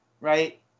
right